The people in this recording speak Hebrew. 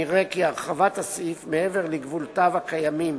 נראה כי הרחבת הסעיף מעבר לגבולותיו הקיימים